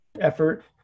effort